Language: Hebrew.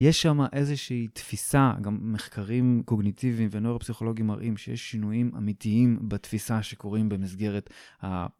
יש שם איזושהי תפיסה, גם מחקרים קוגניטיביים ונוירו-פסיכולוגים מראים שיש שינויים אמיתיים בתפיסה שקוראים במסגרת ה...